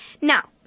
Now